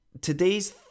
today's